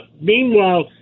Meanwhile